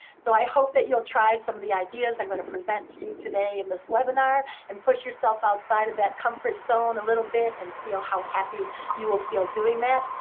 so i hope that you'll try some of the ideas i'm going to present to you today in this webinar, and push yourself outside of that comfort zone a little bit, and feel how happy you will feel doing that.